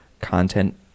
content